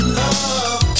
love